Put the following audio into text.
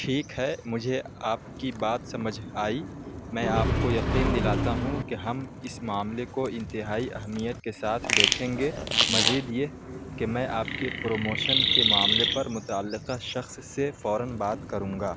ٹھیک ہے مجھے آپ کی بات سمجھ آئی میں آپ کو یقین دلاتا ہوں کہ ہم اس معاملے کو انتہائی اہمیت کے ساتھ دیکھیں گے مزید یہ کہ میں آپ کے پروموشن کے معاملے پر متعلقہ شخص سے فوراً بات کروں گا